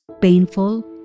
painful